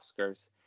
Oscars